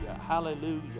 Hallelujah